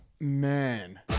man